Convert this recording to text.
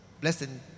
Blessing